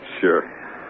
Sure